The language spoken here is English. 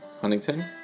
Huntington